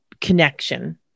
connection